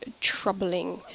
troubling